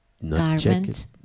garment